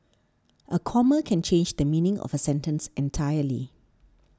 a comma can change the meaning of a sentence entirely